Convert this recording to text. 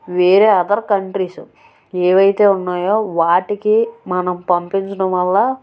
వేరే other countries ఏవి అయితే ఉన్నాయో వాటికి మనం పంపించటం వల్ల